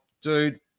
dude